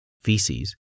feces